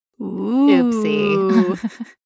Oopsie